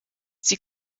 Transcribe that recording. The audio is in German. sie